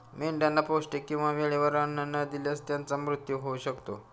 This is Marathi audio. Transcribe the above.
मेंढ्यांना पौष्टिक किंवा वेळेवर अन्न न दिल्यास त्यांचा मृत्यू होऊ शकतो